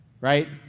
right